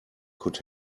could